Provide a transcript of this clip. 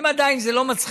אם עדיין זה לא מצחיק,